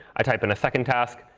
i type in a second task,